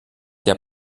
der